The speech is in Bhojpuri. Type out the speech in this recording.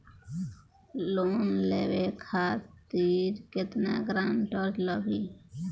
लोन लेवे खातिर केतना ग्रानटर लागी?